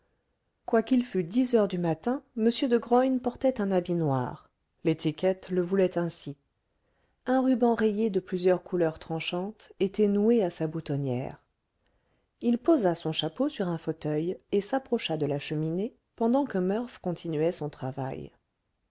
quoiqu'il fût dix heures du matin m de graün portait un habit noir l'étiquette le voulait ainsi un ruban rayé de plusieurs couleurs tranchantes était noué à sa boutonnière il posa son chapeau sur un fauteuil et s'approcha de la cheminée pendant que murph continuait son travail